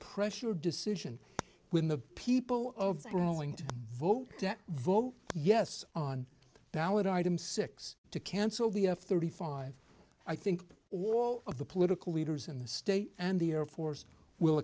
pressure decision when the people of the growing vote vote yes on ballot item six to cancel the f thirty five i think all of the political leaders in the state and the air force will